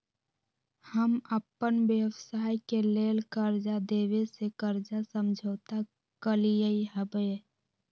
हम अप्पन व्यवसाय के लेल कर्जा देबे से कर्जा समझौता कलियइ हबे